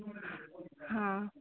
हँ